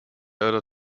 other